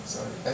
Sorry